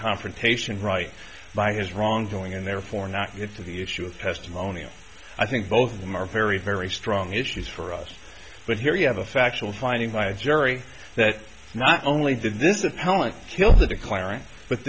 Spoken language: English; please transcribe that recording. confrontation right by his wrongdoing and therefore not get to the issue of testimonial i think both of them are very very strong issues for us but here you have a factual finding by a jury that not only did this appellant kill the declarant but